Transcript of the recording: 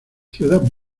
ciudad